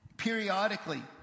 periodically